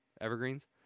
evergreens